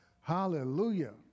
Hallelujah